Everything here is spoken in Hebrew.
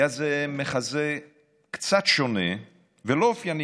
היה זה מחזה קצת שונה ולא אופייני.